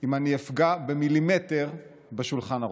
אם אני אפגע במילימטר בשולחן ערוך.